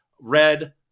red